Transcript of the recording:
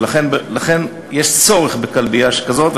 לכן יש צורך בכלבייה שכזאת,